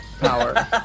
power